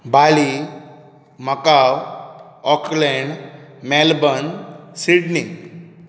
Bali Macau Auckland Melbourne Sydney